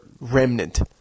remnant